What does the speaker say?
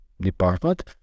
department